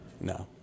No